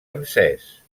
encès